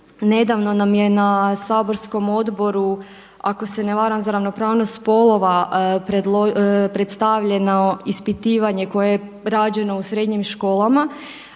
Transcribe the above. Nedavno nam je na saborskom odboru ako se ne varam za ravnopravnost spolova predstavljeno ispitivanje koje je rađeno u srednjim školama